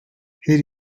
her